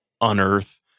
unearth